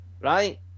Right